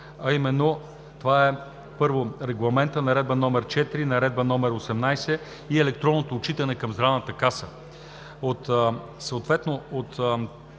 а именно това е, първо, Регламентът, Наредба № 4, Наредба № 18 и електронното отчитане към Здравната каса.